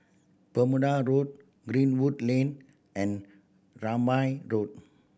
Bermuda Road Greenwood Lane and Rambai Road